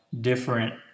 different